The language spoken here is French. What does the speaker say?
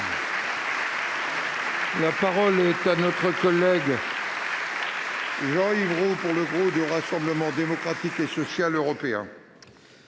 La parole est à M. Jean-Yves Roux, pour le groupe du Rassemblement Démocratique et Social Européen.